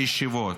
הישיבות,